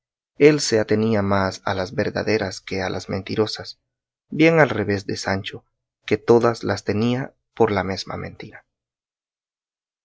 él se atenía más a las verdaderas que a las mentirosas bien al revés de sancho que todas las tenía por la mesma mentira